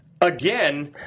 Again